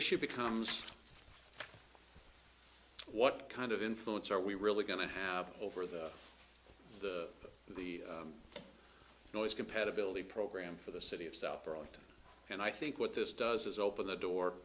issue becomes what kind of influence are we really going to have over the the noise compatibility program for the city of south bronx and i think what this does is open the door